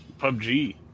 PUBG